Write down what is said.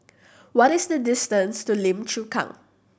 what is the distance to Lim Chu Kang